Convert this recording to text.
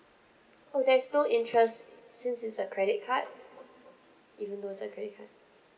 oh there is no interest since it's a credit card even though it's a credit card